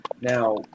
Now